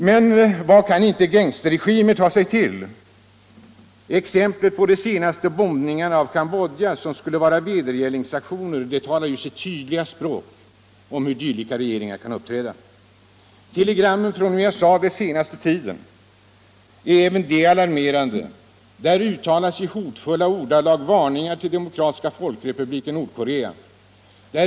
Men vad kan inte gangsterregimer ta sig till! Exemplet från de senaste bombningarna av Cambodja, som skulle vara vedergällningsaktioner, talar ju sitt tydliga språk om hur dylika regeringar kan uppträda. Telegrammen från USA den senaste tiden är även de alarmerande. Där uttalas i hotfulla ordalag varningar till Demokratiska folkrepubliken Nordkorea.